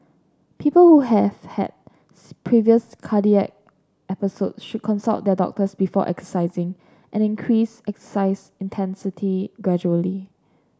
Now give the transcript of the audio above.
people who have had previous cardiac episodes should consult their doctors before exercising and increase exercise intensity gradually